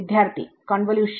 വിദ്യാർത്ഥി കോൺവല്യൂഷൻ